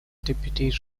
deputy